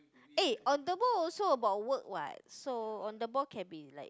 aye on the ball also about the work what so on the ball can be like